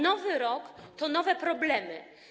Nowy rok to nowe problemy.